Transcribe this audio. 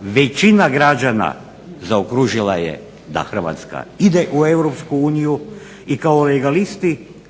većina građana zaokružila je da Hrvatska ide u EU i kao legalisti